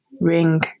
ring